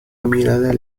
mirada